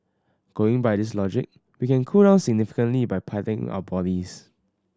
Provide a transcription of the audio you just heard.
going by this logic we can cool down significantly by patting our bodies